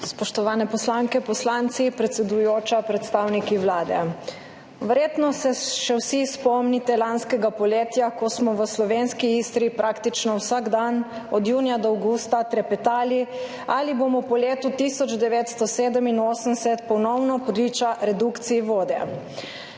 Spoštovane poslanke, poslanci, predsedujoča, predstavniki Vlade! Verjetno se še vsi spomnite lanskega poletja, ko smo v slovenski Istri praktično vsak dan od junija do avgusta trepetali, ali bomo po letu 1987 ponovno priča redukciji vode.